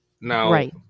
Now